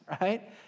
right